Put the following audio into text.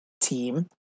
team